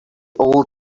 old